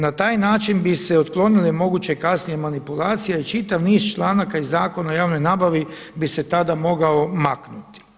Na taj način bi se otklonile moguće kasnije manipulacije a i čitav niz čanaka iz Zakona o javnoj nabavi bi se tada mogao maknuti.